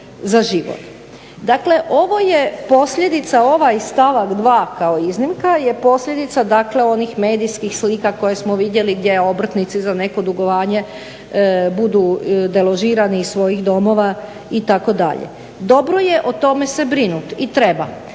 Dakle, ovo je posljedica ovaj stavak 2. kao iznimka je posljedica dakle onih medijskih slika koje smo vidjeli gdje obrtnici za neko dugovanje budu deložirani iz svojih domova itd.. Dobro je o tome se brinuti i treba,